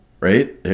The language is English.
right